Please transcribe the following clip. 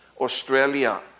Australia